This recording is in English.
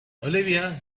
olivia